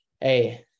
hey